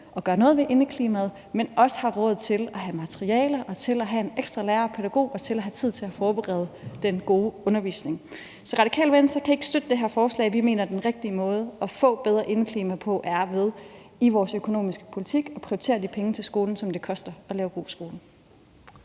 at gøre noget ved indeklimaet, men også har råd til at have materialer, til at have en ekstra lærer og pædagog og til at have tid til at forberede den gode undervisning. Så Radikale Venstre kan ikke støtte det her forslag. Vi mener, at den rigtige måde at få bedre indeklima på er ved i vores økonomiske politik at prioritere de penge til skolen, som det koster at lave god skole.